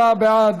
34 בעד,